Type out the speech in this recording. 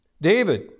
David